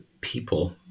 people